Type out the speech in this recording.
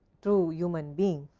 true human being.